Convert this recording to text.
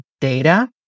data